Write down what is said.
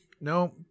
no